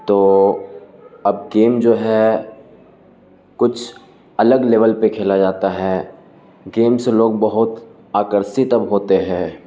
تو اب گیم جو ہے کچھ الگ لیول پہ کھیلا جاتا ہے گیم سے لوگ بہت آکرست اب ہوتے ہے